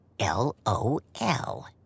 LOL